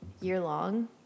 year-long